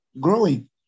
growing